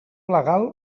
legal